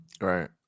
Right